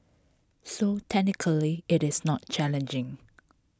so technically IT is not challenging